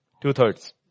Two-thirds